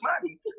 money